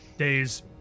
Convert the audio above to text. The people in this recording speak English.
Days